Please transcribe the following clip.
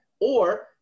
or-